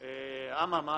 אבל מה,